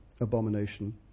abomination